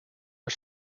are